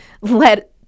let